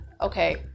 okay